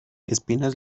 espinas